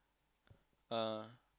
uh